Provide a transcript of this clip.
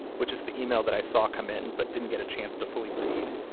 which is the email that i saw come in, but didn't get a chance to fully read,